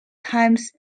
times